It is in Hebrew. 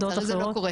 לצערי זה לא קורה.